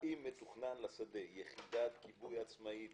האם מתוכננת לשדה יחידת כיבוי עצמאית